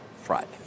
Friday